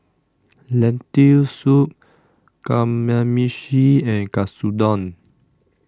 Lentil Soup Kamameshi and Katsudon